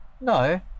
No